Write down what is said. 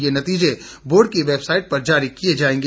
ये नतीजे बोर्ड की वैबसाइट पर जारी किए जाएंगे